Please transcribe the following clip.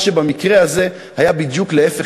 מה שבמקרה הזה היה בדיוק להפך,